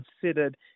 considered